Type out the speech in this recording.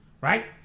right